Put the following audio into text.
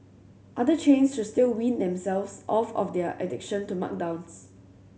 other chains should still wean themselves off of their addiction to markdowns